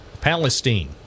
Palestine